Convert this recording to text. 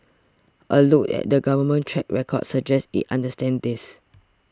a look at the Government's track record suggests it understands this